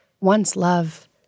once-love